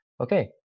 Okay